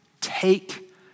Take